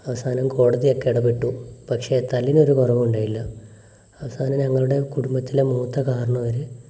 അവസാനം കോടതിയൊക്കെ ഇടപെട്ടു പക്ഷേ തല്ലിനൊരു കുറവും ഉണ്ടായില്ല അവസാനം ഞങ്ങളുടെ കുടുംബത്തിലെ മൂത്ത കാരണവർ